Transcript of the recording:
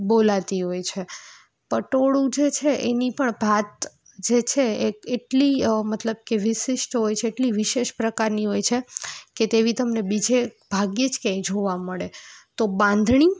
બોલાતી હોય છે પટોળું જે છે એની પણ ભાત જે છે એ એટલી મતલબ કે વિશિષ્ટ હોય છે એટલી વિશેષ પ્રકારની હોય છે કે તેવી તમને બીજે ભાગ્યે જ ક્યાંય જોવા મળે તો બાંધણી